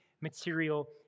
material